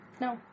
No